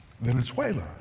Venezuela